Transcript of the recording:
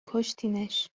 کشتینش